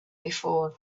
before